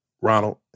Ronald